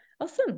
awesome